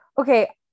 okay